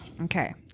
Okay